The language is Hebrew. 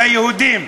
ליהודים.